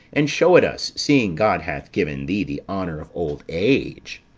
and shew it us seeing god hath given thee the honour of old age.